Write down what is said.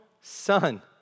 Son